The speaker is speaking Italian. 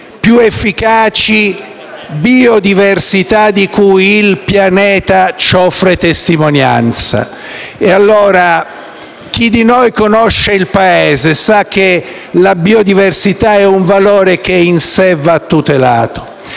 più efficaci biodiversità di cui il pianeta ci offre testimonianza. Pertanto, chi di noi conosce il Paese sa che la biodiversità è un valore che va tutelato